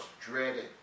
dreaded